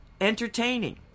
entertaining